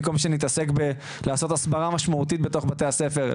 במקום שנתעסק בלעשות הסברה משמעותית בתוך בתי הספר,